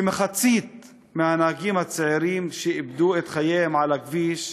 כמחצית מהנהגים הצעירים שאיבדו את חייהם על הכביש